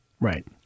Right